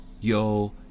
yo